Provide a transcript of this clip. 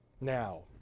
now